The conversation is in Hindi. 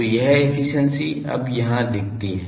तो यह एफिशिएंसी अब यहाँ दिखती है